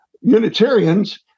Unitarians